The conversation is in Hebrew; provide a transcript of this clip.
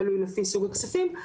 תלוי לפי סוג הכספים,